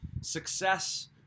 success